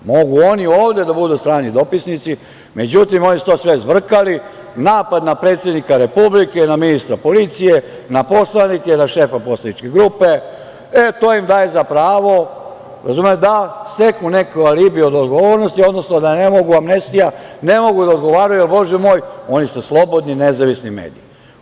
Mogu oni ovde da budu strani dopisnici, međutim, oni su to sve zbrkali, napad na predsednika Republike, na ministra policije, na poslanike, na šefa poslaničke grupe, e, to im daje za pravo da steknu neki alibi od odgovornosti, odnosno amnestija, ne mogu da odgovaraju, jer, bože moj, oni su slobodni, nezavisni mediji.